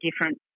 different